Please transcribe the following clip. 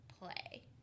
play